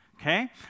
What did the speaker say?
okay